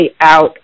out